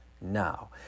now